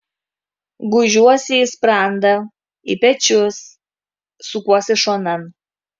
gūžiuosi į sprandą į pečius sukuosi šonan